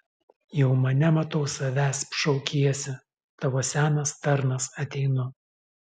jau mane matau savęsp šaukiesi tavo senas tarnas ateinu